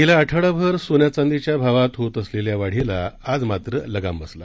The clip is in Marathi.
गेला आठवडाभर सोन्या चांदीच्या भावात होत असलेल्या वाढीला आज मात्र काहीसा लगाम बसला